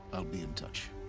i'll be in touch.